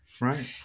right